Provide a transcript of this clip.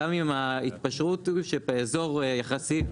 גם אם ההתפשרות שבאזור ריכוזי יחסית,